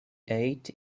eight